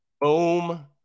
Boom